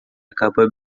acaba